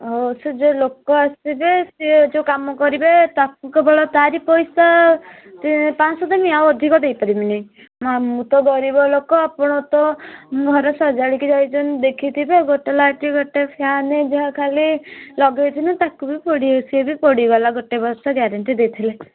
ଓ ସେ ଯେଉଁ ଲୋକ ଆସିବେ ସିଏ ଯେଉଁ କାମ କରିବେ ତାକୁ କେବଳ ତାରି ପଇସା ପାଞ୍ଚଶହ ଦେମି ଆଉ ଅଧିକ ଦେଇପାରିମିନି ନା ମୁଁ ତ ଗରିବ ଲୋକ ଆପଣ ତ ଘର ସଜାଡ଼ିକି ଯାଇଛନ୍ତି ଦେଖିଥିବେ ଗୋଟେ ଲାଇଟ୍ ଗୋଟେ ଫ୍ୟାନ୍ ଯାହା ଖାଲି ଲଗାଇଥିଲି ତାକୁ ବି ସିଏବି ପୋଡ଼ିଗଲା ଗୋଟେ ବର୍ଷ ଗ୍ୟାରେଣ୍ଟି ଦେଇଥିଲେ